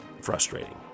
frustrating